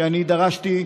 שאני דרשתי,